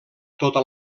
tota